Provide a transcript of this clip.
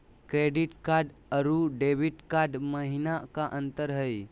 Credit card अरू debit card महिना का अंतर हई?